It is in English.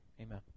amen